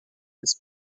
this